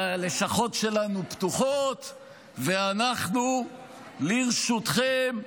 הלשכות שלנו פתוחות ואנחנו לרשותכם,